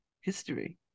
history